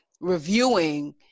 reviewing